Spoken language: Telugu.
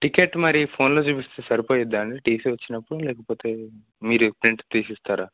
టిక్కెట్ మరీ ఫోన్లో చూపిస్తే సరిపోయిద్దా అండి టీసీ వచ్చినప్పుడు లేకపోతే మీరే ప్రింట్ తీసి ఇస్తారా